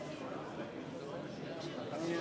אדוני